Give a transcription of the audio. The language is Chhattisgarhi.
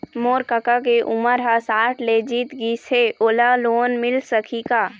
मोर कका के उमर ह साठ ले जीत गिस हे, ओला लोन मिल सकही का?